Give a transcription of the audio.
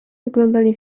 wyglądali